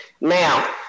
Now